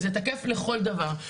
זה תקף לכל דבר.